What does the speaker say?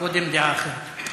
קודם דעה אחרת.